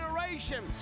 generation